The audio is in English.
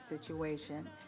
situation